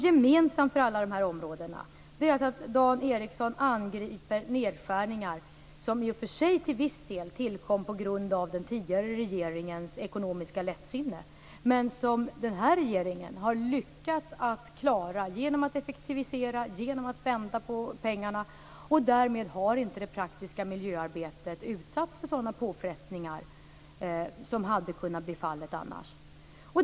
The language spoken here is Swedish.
Gemensamt för allt detta är att Dan Ericsson angriper nedskärningar som i och för sig till viss del tillkom på grund av den tidigare regeringens ekonomiska lättsinne men som den här regeringen har lyckats att klara genom att effektivisera och genom att vända på pengarna. Därmed har inte det praktiska miljöarbetet utsatts för sådana påfrestningar som annars hade kunnat bli fallet.